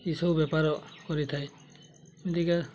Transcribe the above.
ଏସବୁ ବେପାର କରିଥାଏ ଏମ୍ତିକା